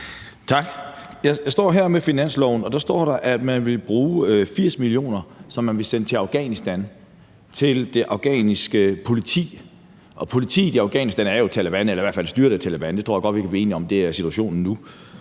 Tak. Jeg står her med finansloven, og deri står der, at man vil sende 80 mio. kr. til Afghanistan til det afghanske politi. Og politiet i Afghanistan er jo Taleban eller i hvert fald styret af Taleban. Det tror jeg godt vi kan blive enige om er situationen nu.